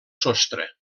sostre